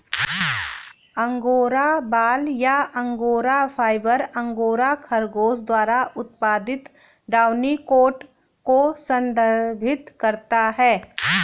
angora बाल या angora fibre, angora खरगोश द्वारा उत्पादित डाउनी कोट को संदर्भित करता है